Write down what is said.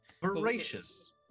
Voracious